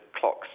clocks